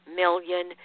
million